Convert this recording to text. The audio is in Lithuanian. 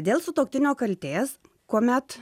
dėl sutuoktinio kaltės kuomet